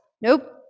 Nope